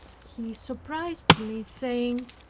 he surprised me saying,